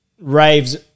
raves